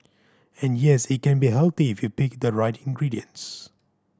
and yes it can be healthy if you pick the right ingredients